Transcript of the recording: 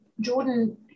jordan